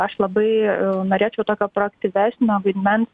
aš labai norėčiau tokio aktyvesnio vaidmens